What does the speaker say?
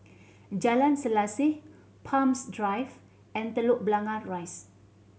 Jalan Selaseh Palms Drive and Telok Blangah Rise